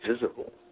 visible